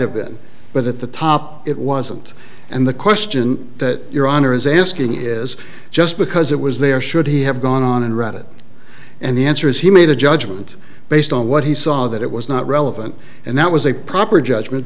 have been but at the top it wasn't and the question that your honor is asking is just because it was there should he have gone on and read it and the answer is he made a judgment based on what he saw that it was not relevant and that was a proper judgment